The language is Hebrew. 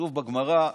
כתוב בגמרא: